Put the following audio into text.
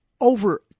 over